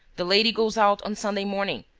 the lady goes out on sunday morning,